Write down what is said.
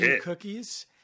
cookies